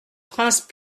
prince